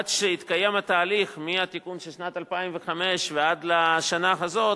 עד שהתקיים התהליך מהתיקון של שנת 2005 ועד לשנה הזאת,